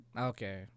okay